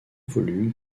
volume